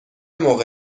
موقع